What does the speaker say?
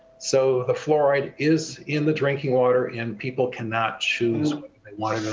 so the fluoride is in the drinking water and people can not choose water